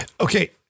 Okay